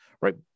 right